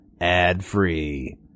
ad-free